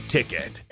Ticket